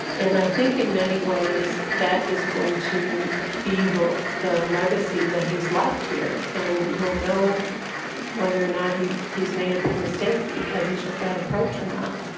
and i think in many ways that is going to be the the legacy that he's left here. and we'll know whether or not he he's made a big mistake because he took that approach or not